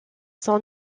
son